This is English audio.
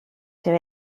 too